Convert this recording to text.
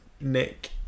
Nick